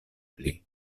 pli